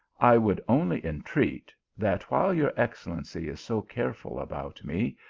i would only entreat, that while your excel lency is so careful about me,